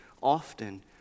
often